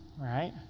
right